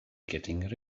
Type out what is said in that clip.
getting